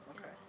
Okay